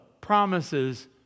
promises